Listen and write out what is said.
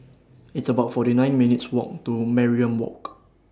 It's about forty nine minutes' Walk to Mariam Walk